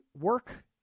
work